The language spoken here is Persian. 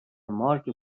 مارک